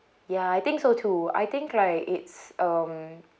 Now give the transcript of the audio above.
ya I think so too I think like it's um